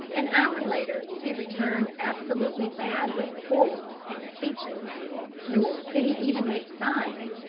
an hour later, he returned absolutely mad with horror, and speechless nor could he even make signs,